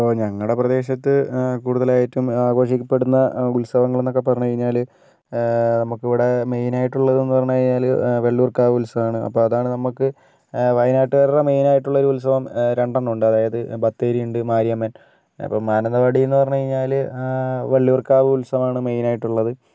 ഇപ്പോൾ ഞങ്ങളുടെ പ്രദേശത്ത് കൂടുതലായിട്ടും ആഘോഷിക്കപ്പെടുന്ന ഉത്സവങ്ങൾ എന്നൊക്കേ പറഞ്ഞുകഴിഞ്ഞാൽ നമുക്കിവിടേ മെയിൻ ആയിട്ടുള്ളതെന്ന് പറഞ്ഞ് കഴിഞ്ഞാൽ വെള്ളൂർക്കാവ് ഉത്സവമാണ് അപ്പം അതാണ് നമുക്ക് വയനാട്ടുകാരുടെ മെയിൻ ആയിട്ടുള്ള ഒരു ഉത്സവം രണ്ടെണ്ണം ഉണ്ട് അതായത് ബത്തേരിയുണ്ട് മാരിയമ്മൻ മാനന്തവാടിയെന്ന് പറഞ്ഞ് കഴിഞ്ഞാൽ വെള്ളൂർക്കാവ് ഉത്സവമാണ് മെയിൻ ആയിട്ടുള്ളത്